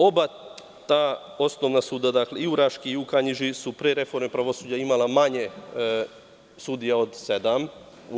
Oba ta osnovna suda, i u Raškoj i u Kanjiži, su pre reforme pravosuđa imala manje sudija od sedam.